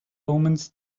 omens